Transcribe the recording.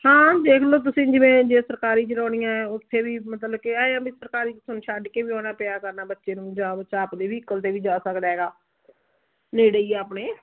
ਹਾਂ ਦੇਖ ਲਓ ਤੁਸੀਂ ਜਿਵੇਂ ਜੇ ਸਰਕਾਰੀ 'ਚ ਲਾਉਣੀ ਹੈ ਉੱਥੇ ਵੀ ਮਤਲਬ ਕਿਹਾ ਆ ਬਈ ਸਰਕਾਰੀ ਤੁਹਾਨੂੰ ਛੱਡ ਕੇ ਵੀ ਆਉਣਾ ਪਿਆ ਕਰਨਾ ਬੱਚੇ ਨੂੰ ਜਾ ਬੱਚਾ ਆਪਦੇ ਵਹੀਕਲ 'ਤੇ ਵੀ ਜਾ ਸਕਦਾ ਹੈਗਾ ਨੇੜੇ ਹੀ ਆ ਆਪਣੇ